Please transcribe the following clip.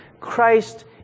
Christ